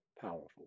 powerful